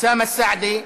אוסאמה סעדי,